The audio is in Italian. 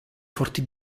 forti